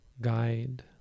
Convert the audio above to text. guide